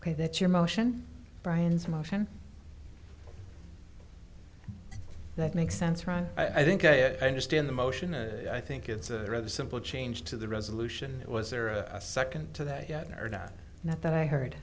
ok that's your motion brian's motion that makes sense right i think i understand the motion and i think it's a rather simple change to the resolution was there a second to that yet or not now that i heard